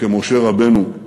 כמשה רבנו,